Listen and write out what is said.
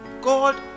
God